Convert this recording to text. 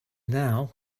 now